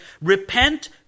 Repent